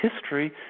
history